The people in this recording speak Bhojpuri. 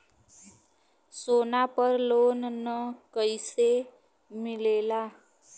सोना पर लो न कइसे मिलेला?